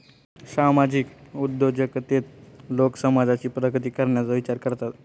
सामाजिक उद्योजकतेत लोक समाजाची प्रगती करण्याचा विचार करतात